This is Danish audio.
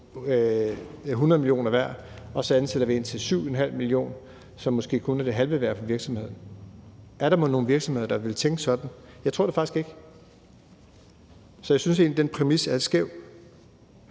100 mio. kr. værd, og så ansætter de en til 7,5 mio. kr., som måske kun er det halve værd for virksomheden? Er der mon nogen virksomhed, der ville tænke sådan? Det tror jeg faktisk ikke. Så jeg synes egentlig, at den præmis er skæv.